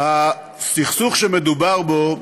הסכסוך שמדובר בו,